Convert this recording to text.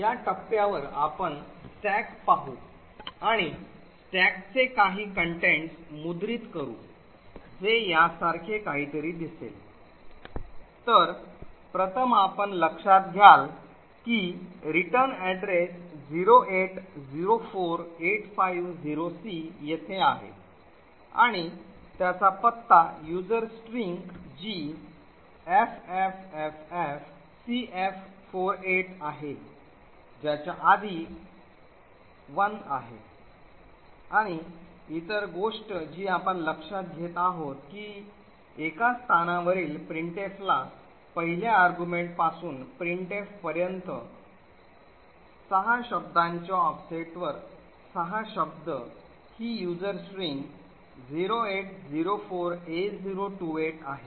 या टप्प्यावर आपण स्टॅक पाहू आणि स्टॅकचे काही contents मुद्रित करू जे यासारखे काहीतरी दिसेल तर प्रथम आपण लक्षात घ्याल की परतीचा पत्ता 0804850C येथे आहे आणि त्याचा पत्ता युजर स्ट्रिंग जी ffffcf48 आहे ज्याच्या आधी 1 आहे आणि इतर गोष्ट जी आपण लक्षात घेत आहोत की एका स्थानावरील प्रिंटफला पहिल्या argument पासून प्रिंटफ पर्यंत 6 शब्दांच्या ऑफसेटवर 6 शब्द ही user string 0804a028 आहे